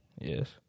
Yes